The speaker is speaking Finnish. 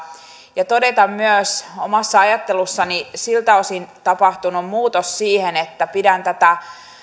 ja todeta myös omassa ajattelussani siltä osin tapahtunut muutos siihen että pidän tätä